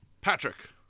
patrick